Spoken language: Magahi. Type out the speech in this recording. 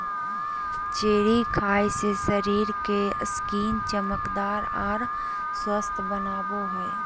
चेरी खाय से शरीर के स्किन चमकदार आर स्वस्थ बनो हय